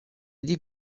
yedi